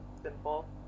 Simple